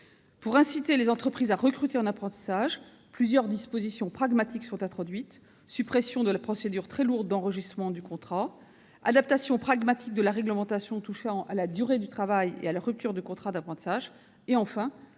Pour inciter les entreprises à recruter en apprentissage, plusieurs dispositions pragmatiques sont introduites : suppression de la procédure, très lourde, d'enregistrement du contrat, adaptation pragmatique de la réglementation touchant à la durée du travail et à la rupture du contrat d'apprentissage, versement